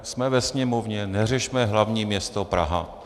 Jsme ve Sněmovně, neřešme hlavní město Praha.